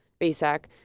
Basak